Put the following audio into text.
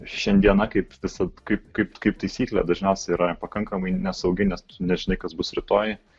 šiandiena kaip visad kaip kaip kaip taisyklė dažniausiai yra pakankamai nesaugi nes nežinai kas bus rytoj